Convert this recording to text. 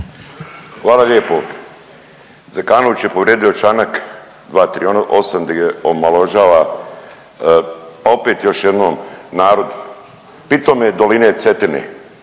Hvala lijepo. Zekanović je povrijedio članak 238. gdje omalovažava opet još jednom narod pitome doline Cetine,